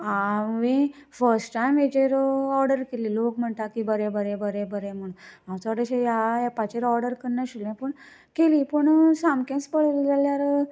हांवे first time हेजेर order केल्ली लोक म्हणटा की बरें बरें बरें बरें म्हूण हांव चडशे ह्या ऍपाचेर ऑर्डर करनाशिल्ले पूण केली पूण सामकेंच पळयलें जाल्यार